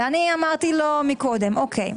אני אמרתי לו מקודם, אוקיי,